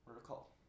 recall